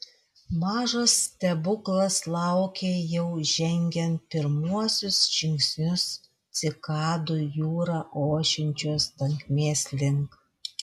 mažas stebuklas laukė jau žengiant pirmuosius žingsnius cikadų jūra ošiančios tankmės link